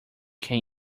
can